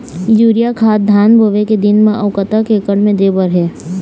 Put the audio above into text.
Urea खाद धान बोवे के दिन म अऊ कतक एकड़ मे दे बर हे?